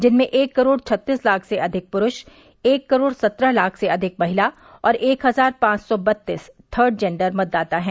जिनमें एक करोड़ छत्तीस लाख से अधिक पुरूष एक करोड़ सत्रह लाख से अधिक महिला और एक हज़ार पांच सौ बत्तीस थर्ड जेंडर मतदाता हैं